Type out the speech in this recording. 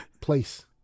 place